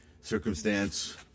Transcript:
circumstance